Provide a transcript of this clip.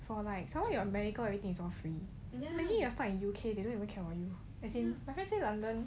for like someone your medical everything is all free then imagine you are stuck in U_K they don't even care about you especially london